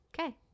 Okay